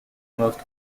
most